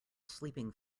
sleeping